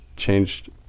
changed